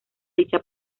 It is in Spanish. dicha